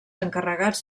encarregats